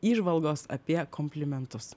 įžvalgos apie komplimentus